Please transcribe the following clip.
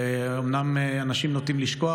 אומנם אנשים נוטים לשכוח,